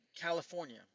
California